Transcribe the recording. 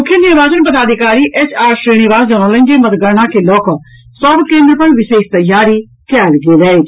मुख्य निर्वाचन पदाधिकारी एच आर श्रीनिवास जनौलनि जे मतगणना के लऽ कऽ सभ केन्द्र पर विशेष तैयारी कयल गेल अछि